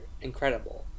incredible